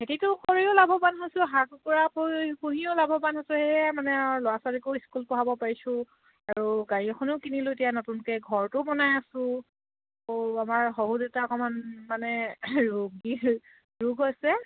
খেতিটো কৰিও লাভৱান হৈছোঁ হাঁহ কুকুৰা পুই পুহিও লাভৱান হৈছোঁ সেয়াই মানে আৰু ল'ৰা ছোৱালীকো স্কুল পঢ়াব পাৰিছোঁ আৰু গাড়ী এখনো কিনিলোঁ এতিয়া নতুনকৈ ঘৰটো বনাই আছোঁ আকৌ আমাৰ শহুৰ দেউতা অকণমান মানে ৰোগী ৰোগ হৈছে